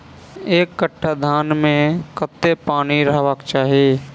एक कट्ठा धान मे कत्ते पानि रहबाक चाहि?